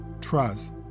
TRUST